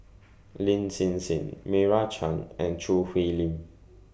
Lin Hsin Hsin Meira Chand and Choo Hwee Lim